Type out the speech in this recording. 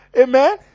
Amen